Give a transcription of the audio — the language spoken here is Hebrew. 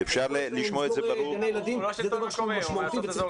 היכולת שלנו לסגור גני ילדים זה משהו משמעותי וצריך